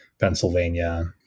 Pennsylvania